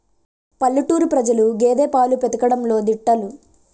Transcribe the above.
పల్లెటూరు ప్రజలు గేదె పాలు పితకడంలో దిట్టలు